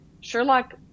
Sherlock